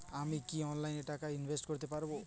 আমি কি অনলাইনে টাকা ইনভেস্ট করতে পারবো?